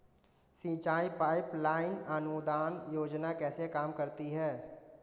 सिंचाई pipeline अनुदान योजना कैसे काम करती है?